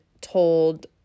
told